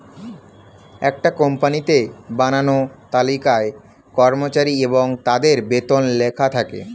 একটা কোম্পানিতে বানানো তালিকায় কর্মচারী এবং তাদের বেতন লেখা থাকে